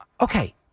Okay